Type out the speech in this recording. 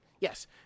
yes